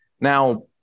now